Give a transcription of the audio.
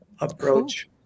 approach